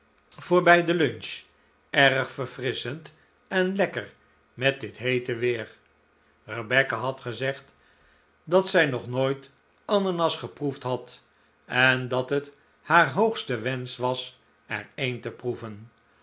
bij de lunch erg verfrisschend en lekker met dit heete weer rebecca had gezegd dat zij nog nooit ananas geproefd had en dat het haar hoogste wensch was er een te proeven